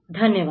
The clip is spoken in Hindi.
धन्यवाद